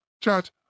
Chat